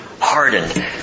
hardened